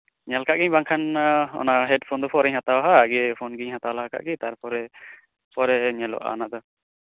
ᱧᱮᱞ ᱠᱟᱜ ᱜᱤᱧ ᱵᱟᱝᱠᱷᱟᱱ ᱚᱱᱟ ᱦᱮᱰᱯᱷᱳᱱ ᱫᱚ ᱯᱚᱨᱮᱧ ᱦᱟᱛᱟᱣᱟ ᱤᱭᱟᱹ ᱯᱷᱳᱱ ᱜᱤᱧ ᱦᱟᱛᱟᱣ ᱞᱟᱦᱟ ᱠᱟᱜ ᱜᱮ ᱛᱟᱨᱯᱚᱨᱮ ᱯᱚᱨᱮ ᱧᱮᱞᱚᱜᱼᱟ ᱚᱱᱟᱫᱚ